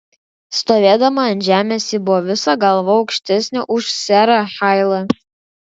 stovėdama ant žemės ji buvo visa galva aukštesnė už serą hailą